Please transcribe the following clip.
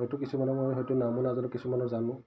হয়তো কিছুমানৰ মই হয়তো নামো নাজানো কিছুমানৰ জানো